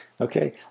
Okay